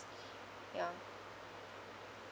ya